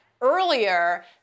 earlier